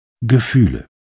Gefühle